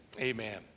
Amen